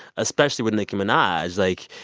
especially with nicki minaj, like,